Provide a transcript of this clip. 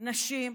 נשים,